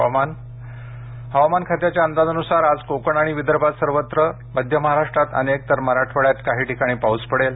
हवामान हवामान खात्याच्या अंदाजानुसार आज कोकण आणि विदर्भात सर्वत्र मध्य महाराष्ट्रात अनेक तर मराठवाड्यात काही ठिकाणी पाऊस पडेल